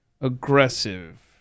aggressive